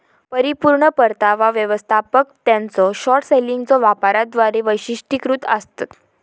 परिपूर्ण परतावा व्यवस्थापक त्यांच्यो शॉर्ट सेलिंगच्यो वापराद्वारा वैशिष्ट्यीकृत आसतत